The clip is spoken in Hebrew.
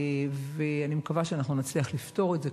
ואני מקווה שנצליח לפתור את זה.